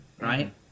right